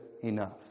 enough